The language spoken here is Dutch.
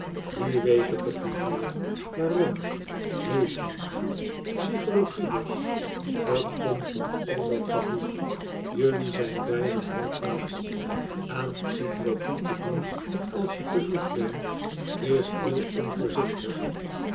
nu weet ik het niet meer waarom heusch niet psychologie dus dat komt van al dat gevoel jullie zijn beiden heel dwaas aan psychologie te doen als je verliefd bent is heel